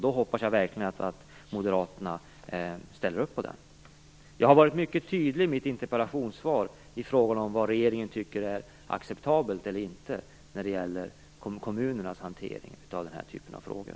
Då hoppas jag verkligen att moderaterna ställer upp på den. Jag har varit mycket tydlig i mitt interpellationssvar i fråga om vad regeringen anser vara acceptabelt eller inte när det gäller kommunernas hantering av den här typen av frågor.